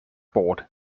board